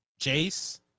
Jace